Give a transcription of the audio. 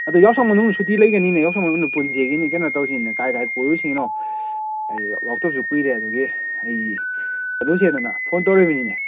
ꯑꯗꯨ ꯌꯥꯎꯁꯪ ꯃꯅꯨꯡ ꯁꯨꯇꯤ ꯂꯩꯒꯅꯤꯅ ꯌꯥꯎꯁꯪ ꯃꯅꯨꯡꯗ ꯄꯨꯟꯁꯦꯒꯦꯅꯤ ꯀꯩꯅꯣ ꯇꯧꯁꯤꯅꯦ ꯀꯥꯏ ꯀꯥꯏ ꯀꯣꯏꯔꯨꯁꯤ ꯍꯥꯏꯅꯣ ꯑꯩ ꯂꯥꯛꯇꯕꯁꯨ ꯀꯨꯏꯔꯦ ꯑꯗꯒꯤ ꯑꯩ ꯀꯩꯗꯧꯁꯦꯗꯅ ꯐꯣꯟ ꯇꯧꯔꯛꯏꯕꯅꯤꯅꯦ